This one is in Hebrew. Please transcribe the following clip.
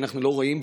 אנחנו לא רואים,